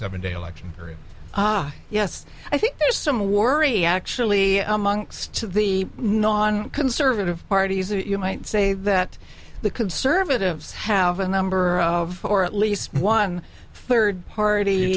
seven day election period yes i think there's some worry actually amongst the non conservative parties you might say that the conservatives have a number of or at least one third party